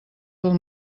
del